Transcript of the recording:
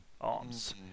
arms